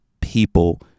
people